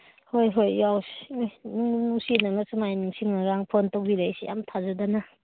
ꯍꯣꯏ ꯍꯣꯏ ꯌꯥꯎꯁꯤ ꯅꯨꯡꯕꯨ ꯅꯨꯡꯁꯤ ꯅꯪꯅ ꯁꯨꯃꯥꯏꯅ ꯅꯤꯡꯁꯪꯉꯀꯥꯟ ꯐꯣꯟ ꯇꯧꯕꯤꯔꯛꯏꯁꯤ ꯌꯥꯝ ꯊꯥꯖꯗꯅ